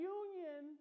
union